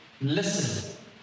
Listen